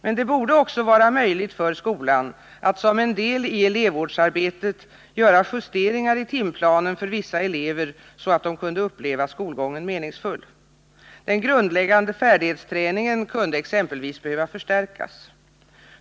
Men det borde också vara möjligt för skolan att som en deli elevvårdsarbetet göra justeringar i timplanen för vissa elever, så att de kunde uppleva skolgången som meningsfull. Den grundläggande färdighetsträningen kunde exempelvis behöva förstärkas.